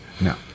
No